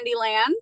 Candyland